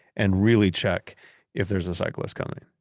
and really check if there's a cyclist coming?